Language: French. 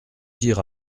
dire